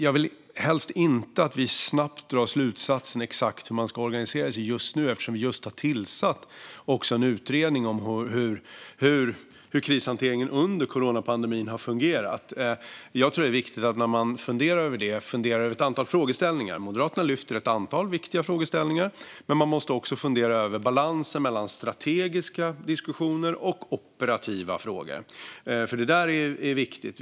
Jag vill helst inte att vi snabbt drar slutsatser om exakt hur man ska organisera sig just nu, eftersom vi just har tillsatt en utredning om hur krishanteringen under coronapandemin har fungerat. När man funderar över detta tror jag att det är viktigt att fundera över ett antal frågeställningar. Moderaterna lyfter fram flera viktiga frågeställningar, men man måste också fundera över balansen mellan strategiska diskussioner och operativa frågor. Detta är viktigt.